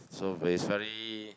so it's it's very